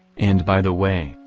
and by the way,